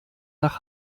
nach